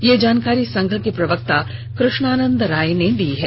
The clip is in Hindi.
यह जानकारी संघ के प्रवक्ता कृष्णानंद राय ने दी है